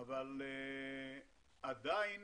אבל עדיין